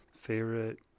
favorite